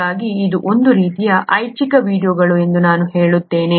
ಹಾಗಾಗಿ ಇದು ಒಂದು ರೀತಿಯ ಐಚ್ಛಿಕ ವೀಡಿಯೊಗಳು ಎಂದು ನಾನು ಹೇಳುತ್ತೇನೆ